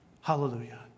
Hallelujah